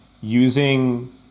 using